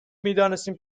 میدانستم